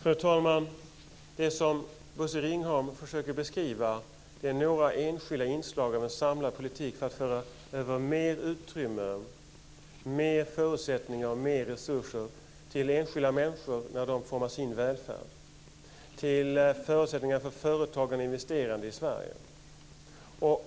Fru talman! Bosse Ringholm försöker beskriva några enskilda inslag i en samlad politik för att föra över mer utrymme, fler förutsättningar och mer resurser till enskilda människor när de formar sin välfärd och till förutsättningar för företagande och investeringar i Sverige.